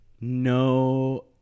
No